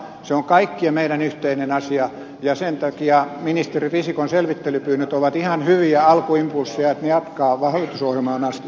se on kakkien meidän yhteinen asia ja ministeri risikon selvittelypyynnöt ovat ihan hyviä alkuimpulsseja sen takia että ne jatkavat tässä asiassa hallitusohjelmaan asti